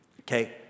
okay